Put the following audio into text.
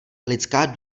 lidská